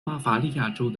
巴伐利亚州